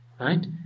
Right